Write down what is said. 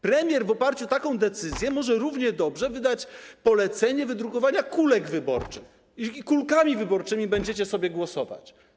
Premier w oparciu o taką decyzję może równie dobrze wydać polecenie wydrukowania kulek wyborczych i kulkami wyborczymi będziecie sobie głosować.